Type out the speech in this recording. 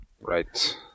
Right